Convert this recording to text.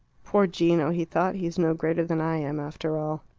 poor gino, he thought. he's no greater than i am, after all.